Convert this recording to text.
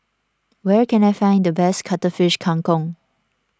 where can I find the best Cuttlefish Kang Kong